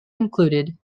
included